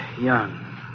young